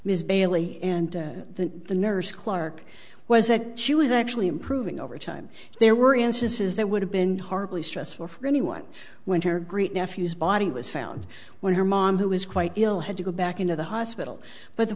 ms bailey and that the nurse clark was that she was actually improving over time there were instances that would have been horribly stressful for anyone when her great nephew's body was found when her mom who was quite ill had to go back into the hospital but the